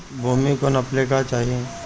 भूमि के नापेला का चाही?